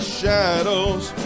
shadows